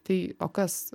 tai o kas